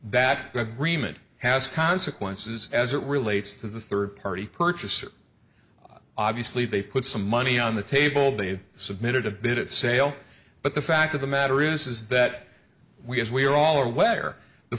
that agreement has consequences as it relates to the third party purchaser obviously they've put some money on the table they submitted a bit at sale but the fact of the matter is is that we as we are all aware the